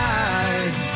eyes